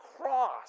cross